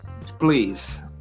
please